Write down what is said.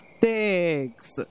Thanks